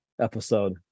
episode